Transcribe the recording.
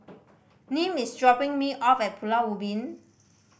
Nim is dropping me off at Pulau Ubin